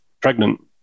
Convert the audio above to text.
pregnant